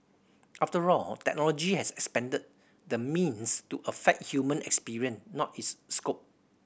after all technology has expanded the means to affect human experience not its scope